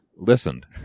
listened